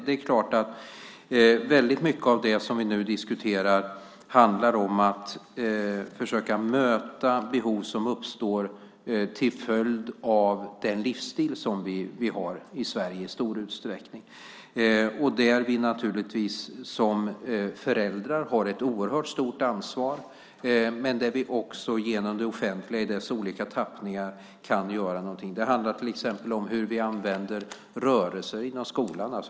Det är klart att mycket av det som vi nu diskuterar handlar om att försöka möta behov som uppstår till följd av den livsstil som vi har i Sverige i stor utsträckning. Vi har naturligtvis som föräldrar ett oerhört stort ansvar för detta, men vi kan också göra någonting genom det offentliga i dess olika tappningar. Det handlar till exempel om hur vi använder rörelse inom skolan.